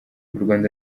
rwanda